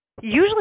usually